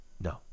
No